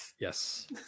Yes